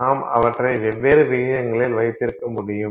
நாம் அவற்றை வெவ்வேறு விகிதங்களில் வைத்திருக்க முடியும்